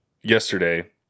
yesterday